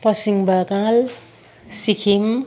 Paschim Bengal Sikkim